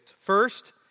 First